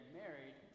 married